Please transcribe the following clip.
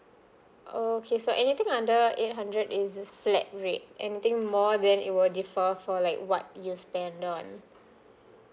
oh okay so anything under eight hundred is the flat rate anything more then it will default for like what you spend on